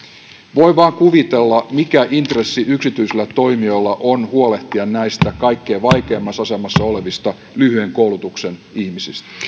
voi vain kuvitella mikä intressi yksityisillä toimijoilla on huolehtia näistä kaikkein vaikeimmassa asemassa olevista lyhyen koulutuksen saaneista ihmisistä